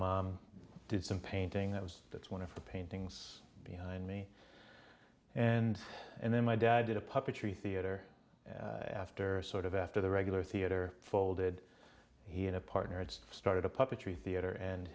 mom did some painting that was that's one of the paintings behind me and and then my dad did a puppetry theater after sort of after the regular theater folded he had a partner and started a puppetry theater and